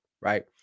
right